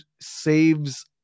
saves